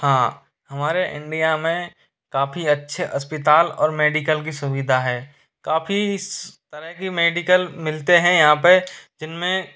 हाँ हमारे इंडिया में काफ़ी अच्छे अस्पताल और मेडिकल की सुविधा है काफ़ी इस तरह की मेडिकल मिलते हैं यहाँ पे जिनमें